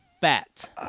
fat